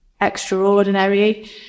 extraordinary